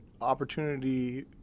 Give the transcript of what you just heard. opportunity